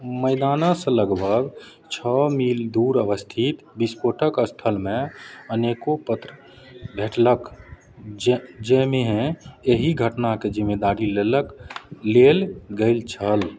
मैदानसँ लगभग छओ मील दूर अवस्थित विस्फोटक स्थलमे अनेको पत्र भेटलक जाहि जाहिमे एहि घटनाक जिम्मेदारी लेलक लेल गेल छल